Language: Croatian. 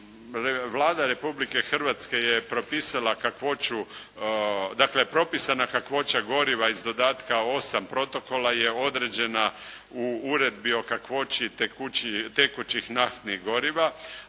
Vlada Republike Hrvatske je propisala kakvoću, dakle propisana kakvoća goriva iz dodatka 8 Protokola je određena u Uredbi o kakvoći tekućih naftnih goriva